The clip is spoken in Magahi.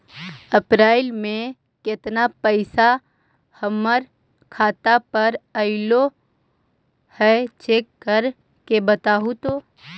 अप्रैल में केतना पैसा हमर खाता पर अएलो है चेक कर के बताहू तो?